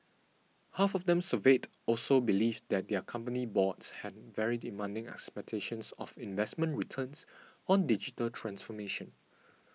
half of them surveyed also believed that their company boards had very demanding expectations of investment returns on digital transformation